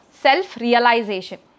self-realization